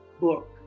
book